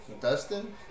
Dustin